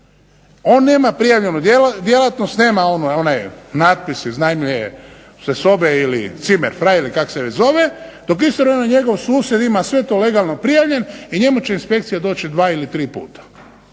on nema prijavljenu djelatnost, nema natpis iznajmljuju se sobe ili zimmerfrei ili kako se već zove, dok …/Ne razumije se./… njegov susjed ima sve to legalno prijavljeno i njemu će inspekcija doći dva ili tri puta.